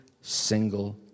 single